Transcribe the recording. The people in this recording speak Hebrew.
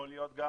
יכול להיות גם